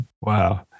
Wow